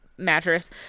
mattress